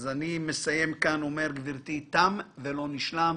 אני אומר, גברתי, תם ולא נשלם.